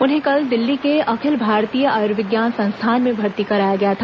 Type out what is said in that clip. उन्हें कल दिल्ली के अखिल भारतीय आयूर्विज्ञान संस्थान में भर्ती कराया गया था